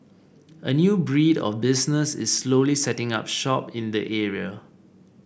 a new breed of businesses is slowly setting up shop in the area